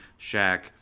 Shaq